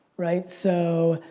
right? so,